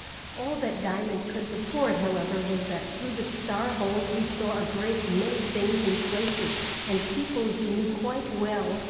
all that diamond could report, however, was, that through the star-holes he saw a great many things and places and people he knew quite well,